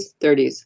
30s